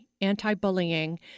anti-bullying